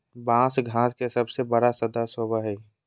बाँस घास के सबसे बड़ा सदस्य होबो हइ